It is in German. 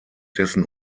dessen